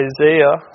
Isaiah